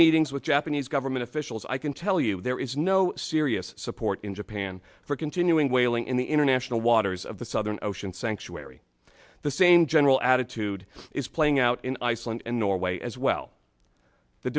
meetings with japanese government officials i can tell you there is no serious support in japan for continuing whaling in the international waters of the southern ocean sanctuary the same general attitude is playing out in iceland and norway as well the